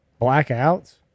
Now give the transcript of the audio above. Blackouts